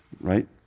right